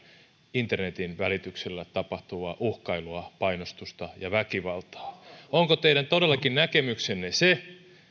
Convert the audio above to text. internetin välityksellä tapahtuvaa uhkailua painostusta ja väkivaltaa onko teidän näkemyksenne todellakin se